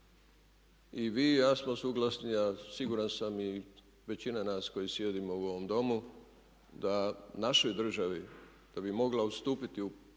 i vi i ja smo suglasni, a siguran sam i većina nas koji sjedimo u ovom Domu da našoj državi da bi mogla ustupiti u